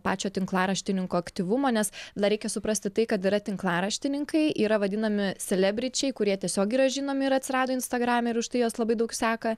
pačio tinklaraštininko aktyvumo nes dar reikia suprasti tai kad yra tinklaraštininkai yra vadinami selebričiai kurie tiesiog yra žinomi ir atsirado instagrame ir už tai juos labai daug seka